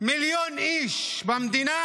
מיליון איש במדינה